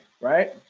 right